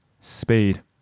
speed